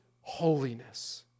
holiness